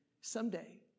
someday